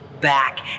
back